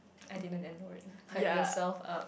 I didn't ignore it hype yourself up